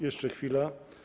Jeszcze chwila.